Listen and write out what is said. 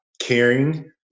caring